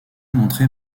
montré